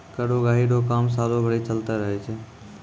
कर उगाही रो काम सालो भरी चलते रहै छै